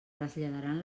traslladaran